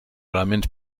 elements